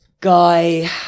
guy